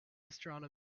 astronomy